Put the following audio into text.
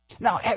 Now